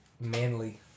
manly